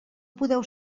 podeu